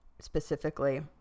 specifically